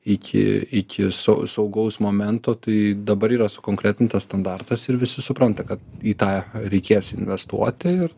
iki iki sau saugaus momento tai dabar yra sukonkretintas standartas ir visi supranta kad į tą reikės investuoti